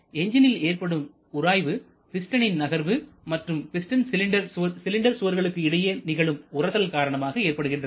எஞ்ஜினில் ஏற்படும் உராய்வு பிஸ்டனில் நகர்வு மற்றும் பிஸ்டன் சிலிண்டர் சுவர்களுக்கு இடையில் நிகழும் உரசல் காரணமாக ஏற்படுகின்றது